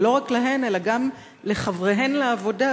ולא רק להן אלא גם לחבריהן לעבודה,